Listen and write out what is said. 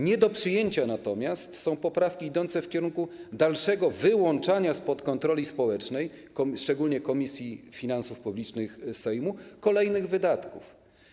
Nie do przyjęcia natomiast są poprawki idące w kierunku dalszego wyłączania spod kontroli społecznej, szczególnie sejmowej Komisji Finansów Publicznych, kolejnych wydatków.